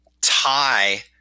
tie